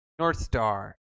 Northstar